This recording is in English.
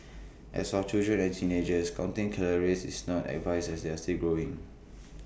as for children and teenagers counting calories is not advised as they are still growing